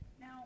Now